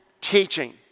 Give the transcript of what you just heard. teaching